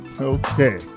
Okay